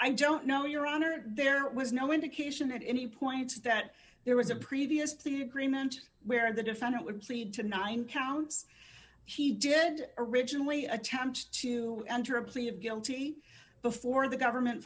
i don't know your honor there was no indication at any point that there was a previous to the agreement where the defendant would plead to nine counts he did originally attempt to enter a plea of guilty before the government